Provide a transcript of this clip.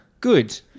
Good